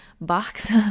box